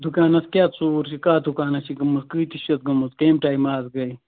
دُکانَس کیٛاہ ژوٗر چھِ کَتھ دُکانَس چھِ گٔمٕژ کۭتِس چھَس گٔمٕژ کَمہِ ٹایمہٕ حظ گٔے